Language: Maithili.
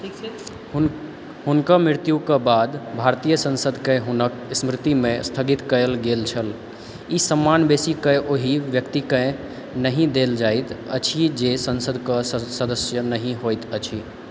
हुनकर मृत्युके बाद भारतीय संसदके हुनकर स्मृतिमे स्थगित कएल गेल छल ई सम्मान बेसीकऽ ओहि व्यक्तिके नहि देल जाइत अछि जे संसदके सदस्य नहि होइत अछि